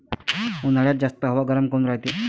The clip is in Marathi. उन्हाळ्यात हवा जास्त गरम काऊन रायते?